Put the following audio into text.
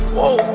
Whoa